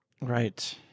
Right